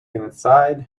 inside